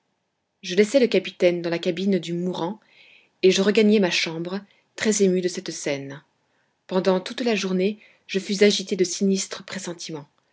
je laissai le capitaine dans la cabine du mourant et je regagnai ma chambre très ému de cette scène pendant toute la journée je fus agité de sinistres pressentiments